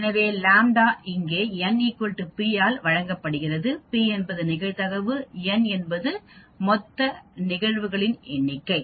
எனவே λ இங்கே n x p ஆல் வழங்கப்படுகிறது p என்பது நிகழ்தகவுn என்பது மொத்த நிகழ்வுகளின் எண்ணிக்கை